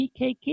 PKK